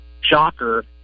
Shocker